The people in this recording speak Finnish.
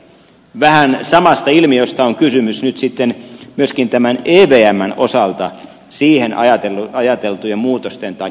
vähän samasta ilmiöstä on kysymys nyt sitten myöskin tämän evmn osalta siihen ajateltujen muutosten tai korjausten osalta